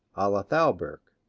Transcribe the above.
a la thalberg.